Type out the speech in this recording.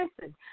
listen